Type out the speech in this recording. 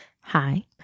hi